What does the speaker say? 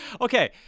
Okay